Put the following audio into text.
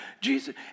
Jesus